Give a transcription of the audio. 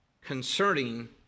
concerning